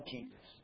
Jesus